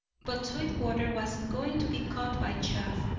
but sweetwater wasn't going to be caught by chaff.